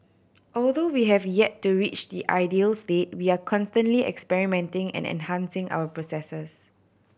although we have yet to reach the ideal state we are constantly experimenting and enhancing our processes